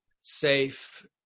safe